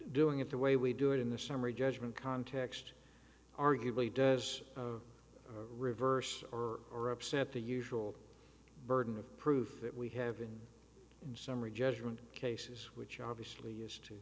doing it the way we do it in the summary judgment context arguably does reverse or or upset the usual burden of proof that we have been in summary judgment cases which obviously used to